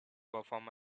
perform